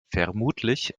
vermutlich